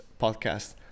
podcast